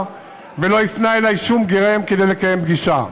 ולא הפנה אלי שום גורם כדי לקיים פגישה.